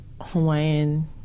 Hawaiian